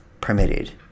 permitted